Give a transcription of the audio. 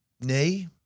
nay